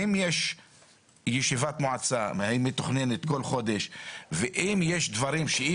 אם יש ישיבת מועצה מתוכננת כל חודש ואם יש דברים שאי